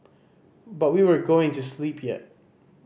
but we weren't going to sleep yet